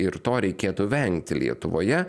ir to reikėtų vengti lietuvoje